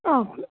okay